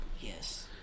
Yes